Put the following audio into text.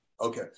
Okay